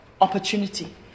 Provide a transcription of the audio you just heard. Opportunity